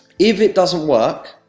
if it doesn't work